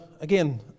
again